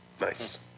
Nice